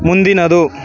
ಮುಂದಿನದು